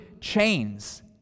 chains